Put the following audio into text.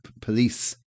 police